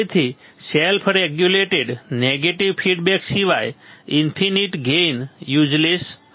તેથી self regulated negative feedback સિવાય infinite gain useless હશે